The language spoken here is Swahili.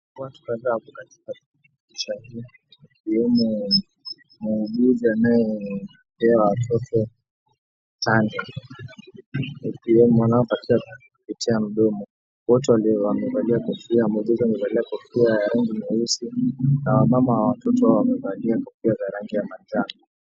Watu kadhaa wako katika chanjo ikiwemo muuguzi anaepea watoto chanjo, ikiwemo wanaopatiwa kupitia mdomo wote wamevalia, muuguzi amevalia kofia ya rangi nyeusi na wamama wa watoto wamevalia kofia za rangi ya manjano.